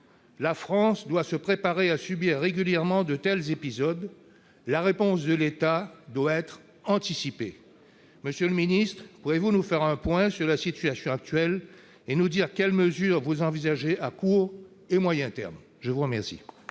La France doit se préparer à subir régulièrement de tels épisodes. La réponse de l'État doit être anticipée. Monsieur le ministre, pouvez-vous faire un point sur la situation actuelle et nous dire quelles mesures vous envisagez à court et moyen terme ? La parole